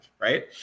Right